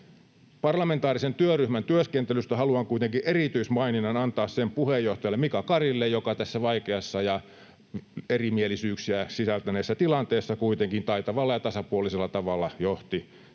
Parlamentaarisen työryhmän työskentelystä haluan kuitenkin erityismaininnan antaa sen puheenjohtajalle Mika Karille, joka tässä vaikeassa ja erimielisyyksiä sisältäneessä tilanteessa kuitenkin taitavalla ja tasapuolisella tavalla johti